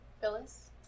Phyllis